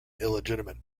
illegitimate